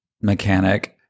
mechanic